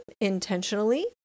intentionally